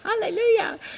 Hallelujah